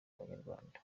abanyarwanda